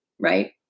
Right